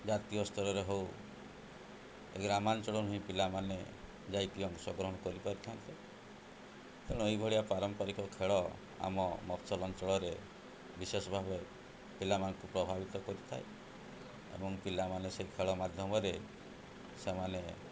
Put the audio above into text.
ଜାତୀୟ ସ୍ତରରେ ହେଉ ଏ ଗ୍ରାମାଞ୍ଚଳରୁ ହିଁ ପିଲାମାନେ ଯାଇକି ଅଂଶଗ୍ରହଣ କରିପାରିଥାନ୍ତେ ତେଣୁ ଏହିଭଳିଆ ପାରମ୍ପରିକ ଖେଳ ଆମ ମଫସଲ ଅଞ୍ଚଳରେ ବିଶେଷ ଭାବେ ପିଲାମାନଙ୍କୁ ପ୍ରଭାବିତ କରିଥାଏ ଏବଂ ପିଲାମାନେ ସେହି ଖେଳ ମାଧ୍ୟମରେ ସେମାନେ